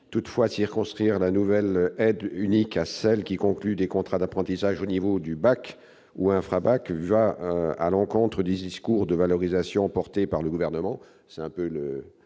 Toutefois, circonscrire la nouvelle aide unique à celles qui concluent des contrats d'apprentissage au niveau bac ou infra-bac va à l'encontre du discours de valorisation porté par le Gouvernement. Il importe